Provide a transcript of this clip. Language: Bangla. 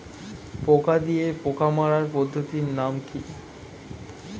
পোকা দিয়ে পোকা মারার পদ্ধতির নাম কি?